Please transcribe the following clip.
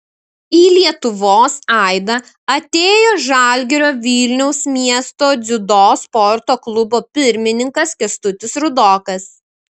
į lietuvos aidą atėjo žalgirio vilniaus miesto dziudo sporto klubo pirmininkas kęstutis rudokas